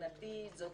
שמבחינתי זאת